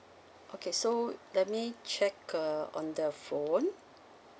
okay so let me check uh on the phone